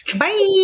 bye